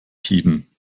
tiden